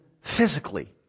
physically